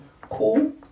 cool